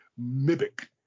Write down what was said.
MIBIC